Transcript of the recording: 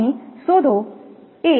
અહીં શોધો a